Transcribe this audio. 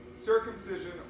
circumcision